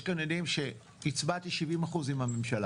יש כאן עדים שהצבעתי 70% עם הממשלה.